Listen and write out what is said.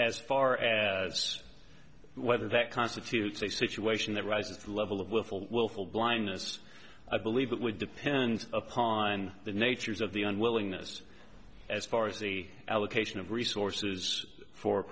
as far as whether that constitutes a situation that rises to the level of willful willful blindness i believe it would depend upon the natures of the unwillingness as far as the allocation of resources for